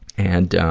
and